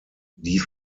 die